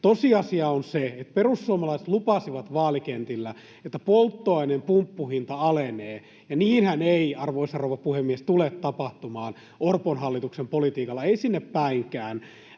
Tosiasia on se, että perussuomalaiset lupasivat vaalikentillä, että polttoaineen pumppuhinta alenee, ja niinhän ei, arvoisa rouva puhemies, tule tapahtumaan Orpon hallituksen politiikalla, ei sinnepäinkään.